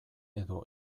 edo